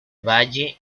valle